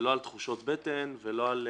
ולא על תחושות בטן ולא על